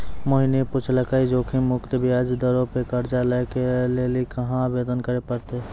मोहिनी पुछलकै जोखिम मुक्त ब्याज दरो पे कर्जा लै के लेली कहाँ आवेदन करे पड़तै?